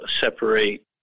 separate